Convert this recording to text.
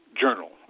journal